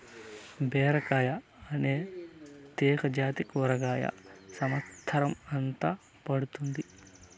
బీరకాయ అనే తీగ జాతి కూరగాయ సమత్సరం అంత పండుతాది